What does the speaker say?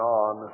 on